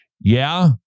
Yeah